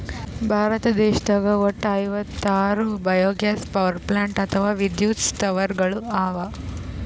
ಭಾರತ ದೇಶದಾಗ್ ವಟ್ಟ್ ಐವತ್ತಾರ್ ಬಯೊಗ್ಯಾಸ್ ಪವರ್ಪ್ಲಾಂಟ್ ಅಥವಾ ವಿದ್ಯುತ್ ಸ್ಥಾವರಗಳ್ ಅವಾ